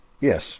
Yes